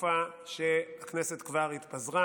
בתקופה שהכנסת כבר התפזרה,